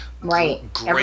right